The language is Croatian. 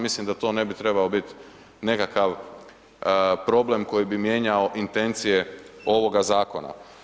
Mislim da to ne bi trebao biti nekakav problem koji bi mijenjao intencije ovoga zakona.